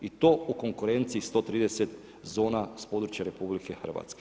I to u konkurenciji 130 zona s područja RH.